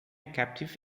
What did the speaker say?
captive